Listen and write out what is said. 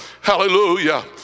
Hallelujah